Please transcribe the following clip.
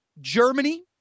Germany